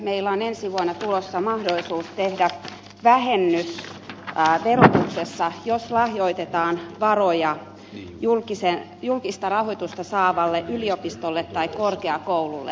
meillä on ensi vuonna tulossa mahdollisuus tehdä vähennys verotuksessa jos lahjoitetaan varoja julkista rahoitusta saavalle yliopistolle tai korkeakoululle